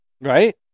Right